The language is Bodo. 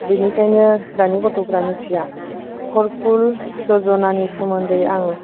बेनिखायनो दानि गथ'फोरा मिथिया खर खुल जज'नानि सोमोन्दै आं